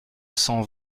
cent